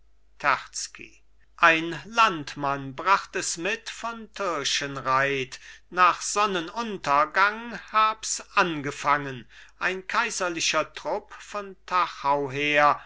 ein landmann bracht es mit von tirschenreit nach sonnenuntergang habs angefangen ein kaiserlicher trupp von tachau her